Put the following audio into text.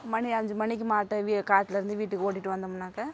மணி அஞ்சு மணிக்கி மாட்டை வீ காட்டிலருந்து வீட்டுக்கு ஓட்டிகிட்டு வந்தம்னாக்கா